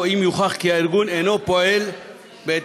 או אם יוכח כי הארגון אינו פועל בהתאם